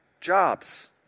jobs